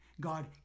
God